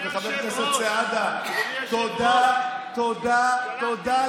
חבר הכנסת סעדה, תודה לך.